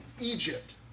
Egypt